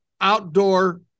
outdoor